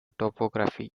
topography